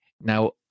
Now